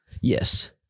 Yes